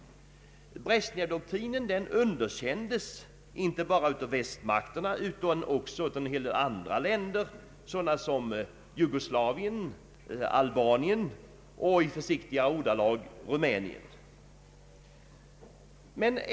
Brezjnevdoktrinen underkändes inte bara av västmakterna utan också av andra länder som Jugoslavien, Albanien och i försiktigare ordalag Rumänien.